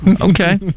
Okay